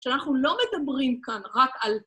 שאנחנו לא מדברים כאן רק על...